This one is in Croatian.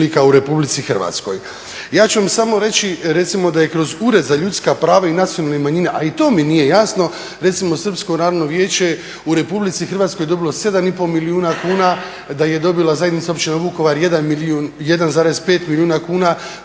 milijuna kuna, da je dobila zajednica općina Vukovar 1, 5 milijuna kuna,